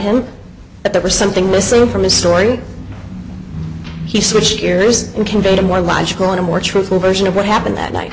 that there was something missing from his story he switched gears and conveyed a more logical and more truthful version of what happened that night